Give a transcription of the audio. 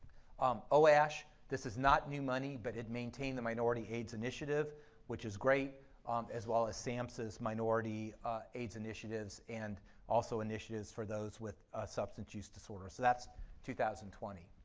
um oash, this is not new money but it maintained the minority aids initiative which is great um as well as sahmsa's minority aids initiatives and also initiatives for those with substance use disorder so that's two thousand and twenty.